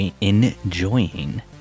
enjoying